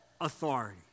authority